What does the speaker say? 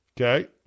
Okay